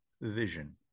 vision